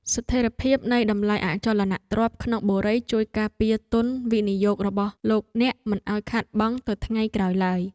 ស្ថិរភាពនៃតម្លៃអចលនទ្រព្យក្នុងបុរីជួយការពារទុនវិនិយោគរបស់លោកអ្នកមិនឱ្យខាតបង់ទៅថ្ងៃក្រោយឡើយ។